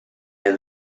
and